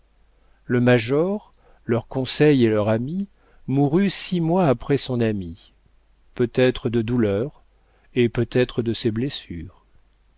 le major leur conseil et leur ami mourut six mois après son amie peut-être de douleur et peut-être de ses blessures